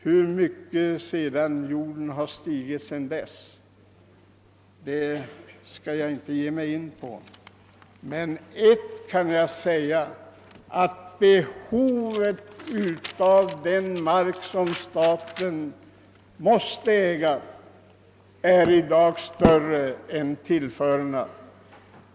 Hur mycket jorden sedan dess har stigit i värde skall jag inte ge mig på att försöka uppskatta, men ett kan jag säga: att behovet av den mark som staten måste äga i dag är större än någonsin tillförne.